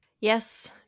Yes